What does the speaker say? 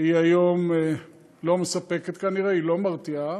שהיום היא לא מספקת, כנראה, היא לא מרתיעה.